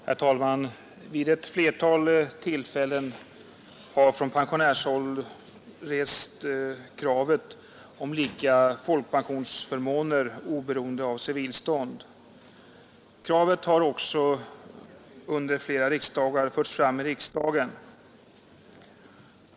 Herr talman! Vid ett flertal tillfällen har från pensionärshåll rests kravet om lika folkpensionsförmåner oberoende av civilstånd. Kravet har också under flera år förts fram i riksdagen.